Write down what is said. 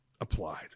applied